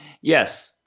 Yes